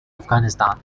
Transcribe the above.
afghanistan